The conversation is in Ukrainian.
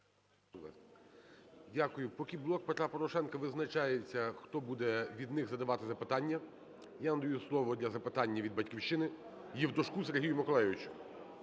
Дякую. Поки "Блок Петра Порошенка" визначається, хто буде від них задавати запитання, я надаю слово для запитання від "Батьківщини"Євтушку Сергію Миколайовичу.